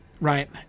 right